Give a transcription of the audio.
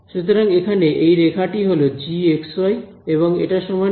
সুতরাং এখানে এই রেখা টি হল gxy এবং এটা সমান কি